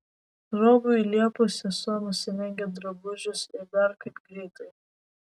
robiui liepus sesuo nusirengė drabužius ir dar kaip greitai